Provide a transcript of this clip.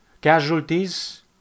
casualties